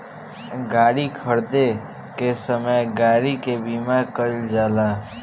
गाड़ी खरीदे के समय गाड़ी के बीमा कईल जाला